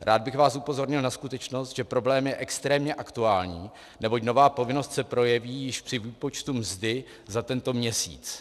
Rád bych vás upozornil na skutečnost, že problém je extrémně aktuální, neboť nová povinnost se projeví již při výpočtu mzdy za tento měsíc.